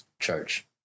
Church